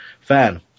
fan